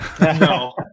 No